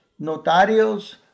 notarios